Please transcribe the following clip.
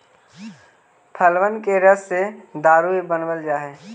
फलबन के रस से दारू भी बनाबल जा हई